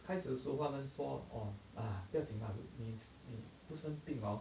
开始的时候他们说 orh ah 不要紧 lah 你不生病 orh